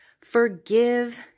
Forgive